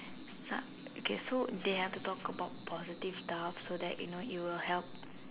uh okay so they have to talk about positive stuff so that you know it will help